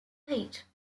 eight